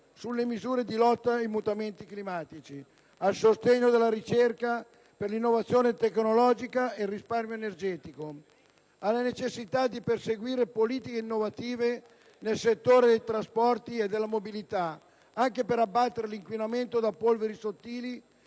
sulle misure di lotta ai mutamenti climatici; al sostegno della ricerca, dell'innovazione tecnologica e del risparmio energetico; alla necessità di perseguire politiche innovative nel settore dei trasporti e della mobilità (anche per abbattere l'inquinamento da polveri sottili